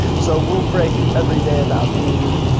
so we'll break every day about noon,